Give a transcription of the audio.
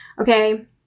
Okay